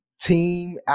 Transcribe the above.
team